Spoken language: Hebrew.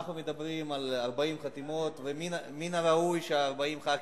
אנחנו מדברים על 40 חתימות, ומן הראוי ש-40 חברי